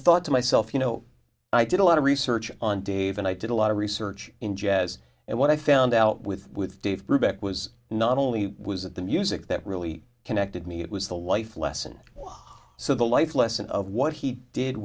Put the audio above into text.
thought to myself you know i did a lot of research on dave and i did a lot of research in jazz and what i found out with with dave brubeck was not only was it the music that really connected me it was the life lesson so the life lesson of what he did